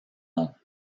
nom